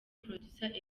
producer